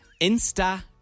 Insta